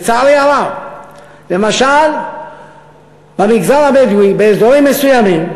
לצערי הרב, למשל במגזר הבדואי באזורים מסוימים,